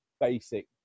basic